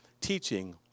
teaching